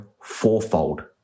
fourfold